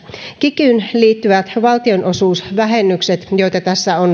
kikyyn liittyvät valtionosuusvähennykset joita tässä